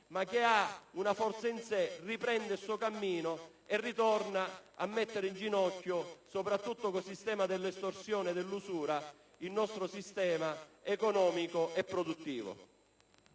ed ha una forza in sé), riprende il suo cammino e torna a mettere in ginocchio, soprattutto con il sistema dell'estorsione e dell'usura, il nostro sistema economico e produttivo.